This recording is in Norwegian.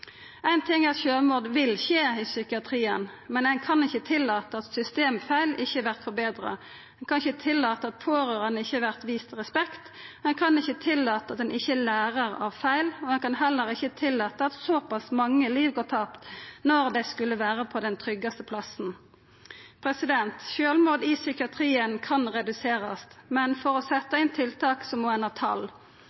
Ein ting er at sjølvmord vil skje i psykiatrien, men ein kan ikkje tillata at systemfeil ikkje vert forbetra, ein kan ikkje tillata at pårørande ikkje vert vist respekt, ein kan ikkje tillata at ein ikkje lærer av feil, og ein kan heller ikkje tillata at såpass mange liv går tapt når dei skulla vera på den tryggaste plassen. Sjølvmord i psykiatrien kan reduserast, men for å